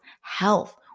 health